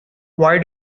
why